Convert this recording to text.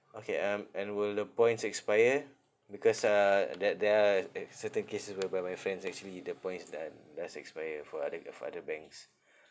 okay um and will the points expire because uh that there are like certain cases whereby my friends actually the points done does expire for other for other banks